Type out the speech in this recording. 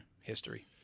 History